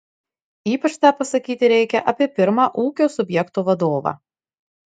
ypač tą pasakyti reikia apie pirmą ūkio subjekto vadovą